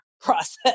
process